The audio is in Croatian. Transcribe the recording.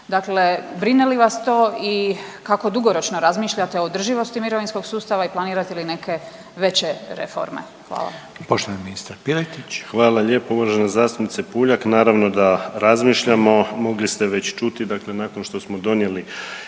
Dakle, brine li vas to i kako dugoročno razmišljate o održivosti mirovinskog sustava i planirate li neke veće reforme? Hvala. **Reiner, Željko (HDZ)** Poštovani ministar Piletić. **Piletić, Marin (HDZ)** Hvala lijepo uvažena zastupnice Puljak. Naravno da razmišljamo. Mogli ste već čuti dakle nakon što smo donijeli